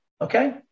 Okay